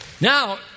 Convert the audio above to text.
now